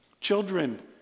Children